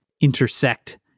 intersect